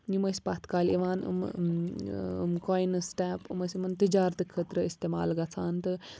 یِم ٲسۍ پَتھ کالہِ یِوان یِمہٕ یِم کۄینہٕ سٕٹیپ یِم ٲسۍ یِمَن تِجارتہٕ خٲطرٕ اِستعمال گَژھان تہٕ